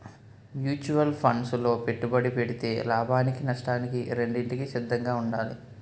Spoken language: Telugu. మ్యూచువల్ ఫండ్సు లో పెట్టుబడి పెడితే లాభానికి నష్టానికి రెండింటికి సిద్ధంగా ఉండాలి